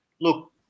look